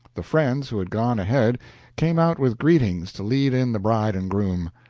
the friends who had gone ahead came out with greetings to lead in the bride and groom.